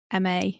MA